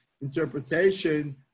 interpretation